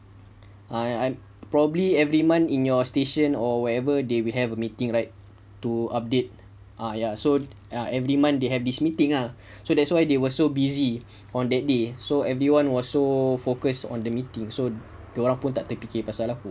I I'm probably every month in your station or wherever they will have a meeting right to update ah ya so err every month they have this meeting ah so that's why they were so busy on that day so everyone was so focused on the meeting so dia orang pun tak terfikir pasal aku